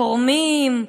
תורמים,